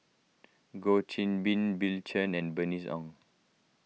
Goh Qiu Bin Bill Chen and Bernice Ong